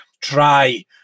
try